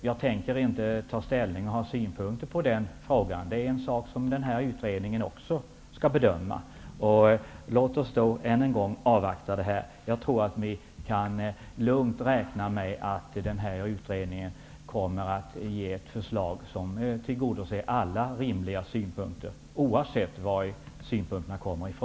Jag tänker inte ta ställning eller ha några synpunkter på den frågan. Det skall den här utredningen bedöma. Låt oss än en gång avvakta. Ni kan lugnt räkna med att utredningen kommer att lägga fram ett förslag som tillgodoser alla rimliga synpunkter -- oavsett varifrån synpunkterna kommer.